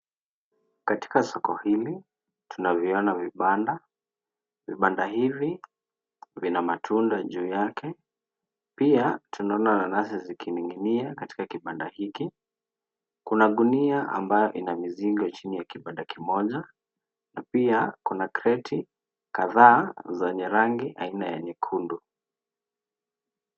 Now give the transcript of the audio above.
Katika soko hili tunaviona vibanda, vibanda hivi vina matunda juu yake pia, tunaona nanasi zikining'inia katika kibanda hiki kuna gunia ambayo ina mizigo chini ya kibanda kimoja, na pia kuna kreti kadhaa zenye rangi aina ya nyekundu.